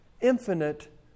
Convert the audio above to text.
infinite